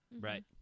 Right